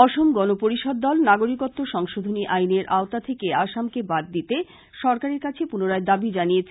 অসমগন পরিষদ দল নাগরিকত্ব সংশোধনী আইনের আওতা থেকে আসামকে বাদ দিতে সরকারের কাছে পুনরায় দাবীজ জানিয়েছে